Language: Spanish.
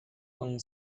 con